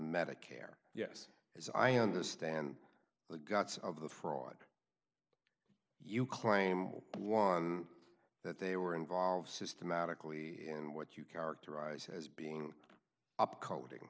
medicare yes as i understand the guts of the fraud you claim one that they were involved systematically and what you characterize as being up coding